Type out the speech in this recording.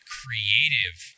creative